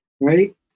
right